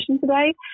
today